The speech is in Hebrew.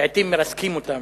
לעתים מרסקים אותם,